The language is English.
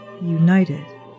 united